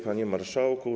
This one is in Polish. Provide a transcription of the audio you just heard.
Panie Marszałku!